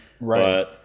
Right